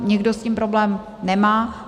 Někdo s tím problém nemá.